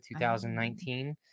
2019